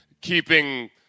keeping